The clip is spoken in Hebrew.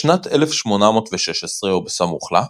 בשנת 1816 או בסמוך לה,